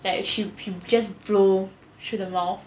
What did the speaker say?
like she she just blow through the mouth